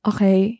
Okay